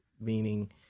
meaning